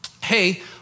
hey